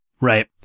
Right